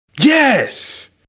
Yes